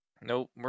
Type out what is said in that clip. Nope